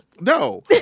No